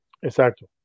Exacto